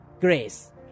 grace